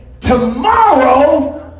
tomorrow